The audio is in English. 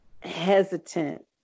hesitant